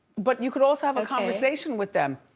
but you could also have a conversation with them.